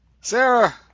sarah